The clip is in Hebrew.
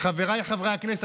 חבריי חברי הכנסת,